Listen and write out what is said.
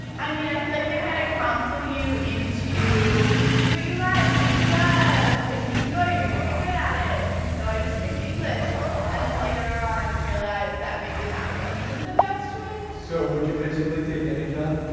i mean i feel like they kind of counsel you into do what you like, do what you love, if you enjoy it, you're going to be good at it. and so i just picked english and then later on realized that maybe that wasn't the best choice so would you basically take any job?